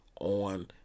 on